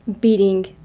beating